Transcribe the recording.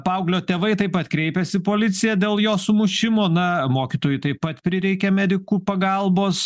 paauglio tėvai taip pat kreipėsi į policiją dėl jo sumušimo na mokytojui taip pat prireikė medikų pagalbos